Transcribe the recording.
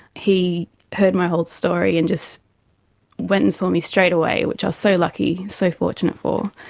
he heard my whole story and just went and saw me straight away, which i was so lucky, so fortunate for.